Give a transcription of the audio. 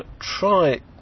try